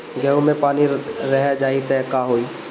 गेंहू मे पानी रह जाई त का होई?